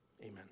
Amen